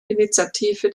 initiative